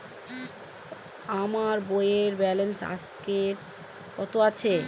আমার বইয়ের ব্যালেন্স আজকে কত আছে?